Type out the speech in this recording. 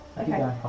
okay